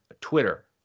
Twitter